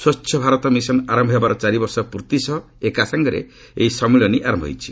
ସ୍ୱଚ୍ଛ ଭାରତ ମିଶନ୍ ଆରମ୍ଭ ହେବାର ଚାରି ବର୍ଷ ପୂର୍ତ୍ତି ସହ ଏକା ସାଙ୍ଗରେ ଏହି ସମ୍ମିଳନୀ ଆରମ୍ଭ ହୋଇଛି